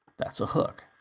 that's a hook.